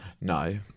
No